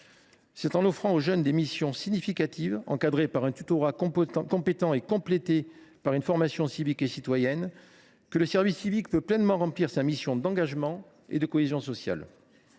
condition d’offrir aux jeunes des missions significatives, encadrées par un tutorat compétent et complétées par une formation civique et citoyenne, que le dispositif pourra pleinement remplir sa mission d’engagement et de cohésion sociale.